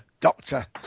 Doctor